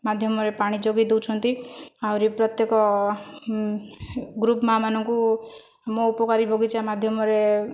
ମାଧ୍ୟମରେ ପାଣି ଯୋଗାଇ ଦେଉଛନ୍ତି ଆହୁରି ପ୍ରତ୍ୟେକ ଗ୍ରୁପ ମା' ମାନଙ୍କୁ ମୋ' ଉପକାରୀ ବଗିଚା ମାଧ୍ୟମରେ